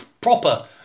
proper